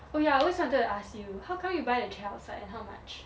oh ya I always wanted to ask you how come you buy the chair outside and how much